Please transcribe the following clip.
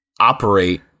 operate